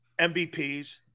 MVPs